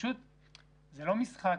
זה לא משחק